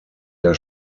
der